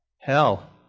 Hell